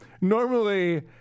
Normally